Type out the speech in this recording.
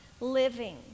living